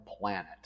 planet